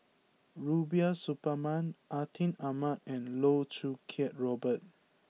Rubiah Suparman Atin Amat and Loh Choo Kiat Robert